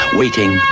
waiting